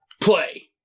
play